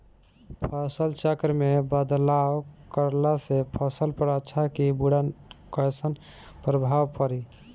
फसल चक्र मे बदलाव करला से फसल पर अच्छा की बुरा कैसन प्रभाव पड़ी?